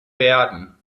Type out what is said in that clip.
werden